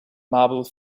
marble